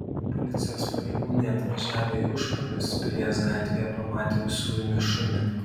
policijos pareigūnai atvažiavę į užpalius pilies gatvėje pamatė usūrinį šunį